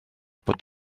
bod